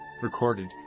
Recorded